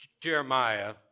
Jeremiah